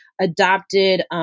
adopted